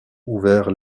ouvert